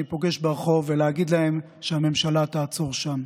פוגש ברחוב ולהגיד להם שהממשלה תעצור שם.